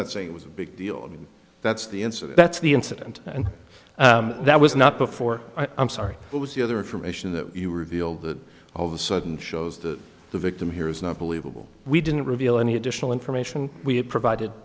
not saying it was a big deal i mean that's the answer that's the incident and that was not before i'm sorry what was the other information that you reveal that all of a sudden shows that the victim here is not believable we didn't reveal any additional information we had provided